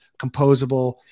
composable